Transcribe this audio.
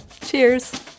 Cheers